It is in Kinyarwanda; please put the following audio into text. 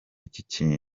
iki